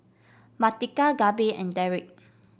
Martika Gabe and Derik